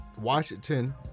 Washington